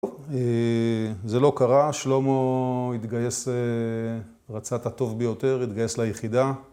זה לא קרה, שלומו התגייס, רצה את הטוב ביותר, התגייס ליחידה.